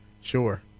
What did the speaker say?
Sure